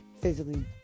physically